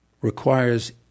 requires